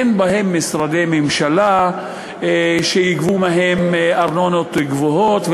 ואין בהן משרדי ממשלה שאפשר לגבות מהם ארנונות גבוהות,